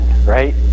Right